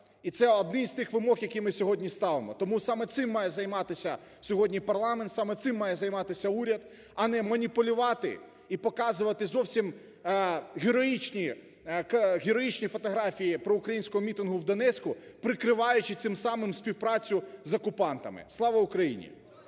І це одна з тих вимог, які ми сьогодні ставимо. Тому саме цим має займатися сьогодні парламент, саме цим має займатися уряд. А не маніпулювати і показувати зовсім героїчні фотографії проукраїнського мітингу в Донецьку, прикриваючи цим самим співпрацю з окупантами. Слава Україні!